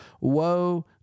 woe